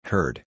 Heard